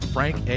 Frank